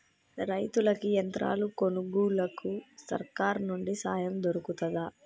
రైతులకి యంత్రాలు కొనుగోలుకు సర్కారు నుండి సాయం దొరుకుతదా?